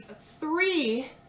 three